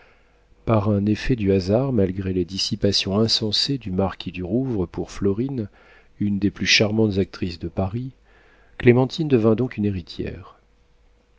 par un effet du hasard malgré les dissipations insensées du marquis du rouvre pour florine une des plus charmantes actrices de paris clémentine devint donc une héritière